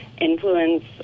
influence